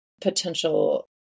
potential